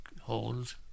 holes